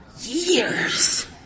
Years